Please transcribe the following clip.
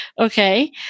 Okay